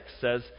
says